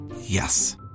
Yes